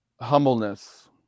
Humbleness